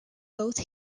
both